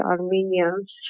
Armenians